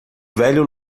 velho